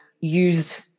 use